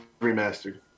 remastered